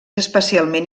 especialment